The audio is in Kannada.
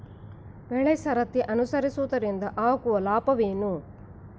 ಬೆಳೆಸರದಿ ಅನುಸರಿಸುವುದರಿಂದ ಆಗುವ ಲಾಭವೇನು?